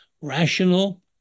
rational